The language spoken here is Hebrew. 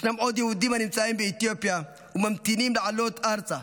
ישנם עוד יהודים שנמצאים באתיופיה וממתינים לעלות ארצה.